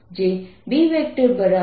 પરંતુ આ સપાટી ઘનતા છે